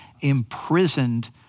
imprisoned